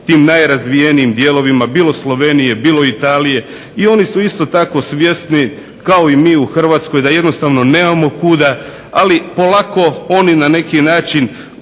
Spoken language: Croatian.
tim najrazvijenim dijelovima bilo Slovenije, bilo Italije i oni su isto tako svjesni ako i mi u Hrvatskoj da jednostavno nemamo kuda ali polako oni na neki način